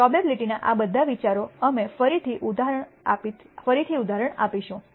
પ્રોબેબીલીટીના આ બધા વિચારો અમે ફરીથી ઉદાહરણ આપીશું